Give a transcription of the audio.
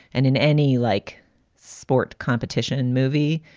and in any like sport competition and movie,